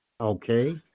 Okay